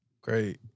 Great